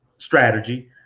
Strategy